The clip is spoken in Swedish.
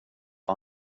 och